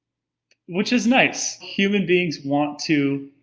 which is nice. human beings want to,